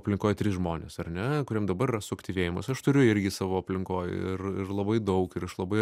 aplinkoj tris žmones ar ne kuriem dabar yra suaktyvėjimas aš turiu irgi savo aplinkoj ir ir labai daug ir aš labai